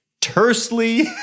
tersely